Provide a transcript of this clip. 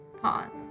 Pause